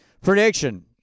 Prediction